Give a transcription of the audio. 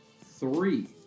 three